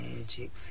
Magic